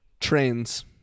trains